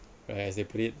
or as they put it